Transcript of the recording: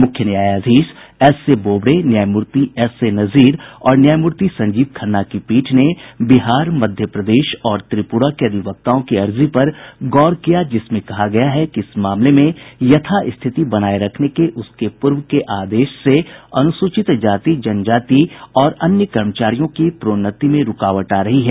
मुख्य न्यायाधीश एसए बोब्डे न्यायमूर्ति एसए नजीर और न्यायमूर्ति संजीव खन्ना की पीठ ने बिहार मध्य प्रदेश और त्रिपुरा के अधिवक्ताओं की अर्जी पर गौर किया जिसमें कहा गया है कि इस मामले में यथा स्थिति बनाये रखने के उसके पूर्व के आदेश से अनुसूचित जाति जनजाति और अन्य कर्मचारियों की प्रोन्नति में रूकावट आ रही है